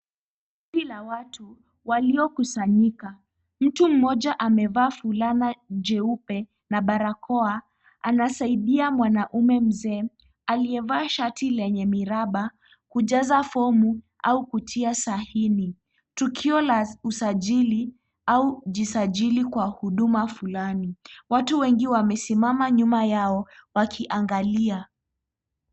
Kundi la watu waliokusanyika, mtu mmoja amevaa fulana jeupe na barakoa anasaidia mwanamume mzee aliyevaa shati lenye miraba kujaza fomu au kutia saini , tukio la usajili au kujisajili kwa huduma fulani, watu wengi wamesimama nyuma yao wakiangalia.